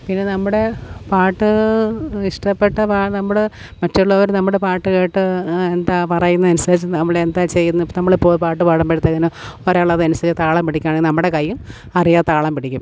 പിന്നെ നമ്മുടെ പാട്ട് ഇഷ്ടപ്പെട്ട നമ്മുടെ മറ്റുള്ളവർ നമ്മുടെ പാട്ട് കേട്ട് എന്താണ് പറയുന്നത് അനുസരിച്ചു നമ്മൾ എന്താണ് ചെയ്യുന്നത് നമ്മൾ ഇപ്പോൾ ഒരു പാട്ടു പാടുമ്പോഴത്തേക്കിന് ഒരാൾ അതും അത് അനുസരിച്ച് താളം പിടിക്കും പിടിക്കുകയാണെങ്കിൽ നമ്മുടെ കൈയ്യും അറിയാതെ താളം പിടിക്കും